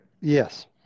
Yes